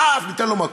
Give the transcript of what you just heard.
פאח, ניתן לו מכות.